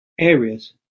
areas